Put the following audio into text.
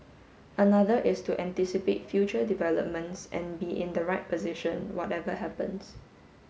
another is to anticipate future developments and be in the right position whatever happens